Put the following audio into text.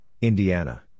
Indiana